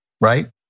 right